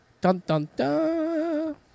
dun-dun-dun